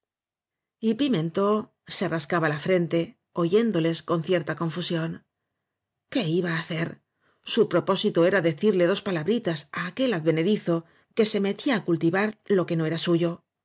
pimentó se rascaba la frente oyéndoles con cierta confusión qué iba á hacer su propósito era decirle dos palabritas á aquel advenedizo que se metía á cultivar lo que no era suyo